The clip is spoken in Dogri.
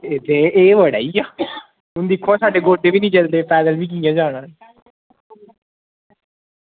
ते एह् बड़ा ई आ हून दिक्खो आं अस डेली बी निं चलदे पैदल कियां जाना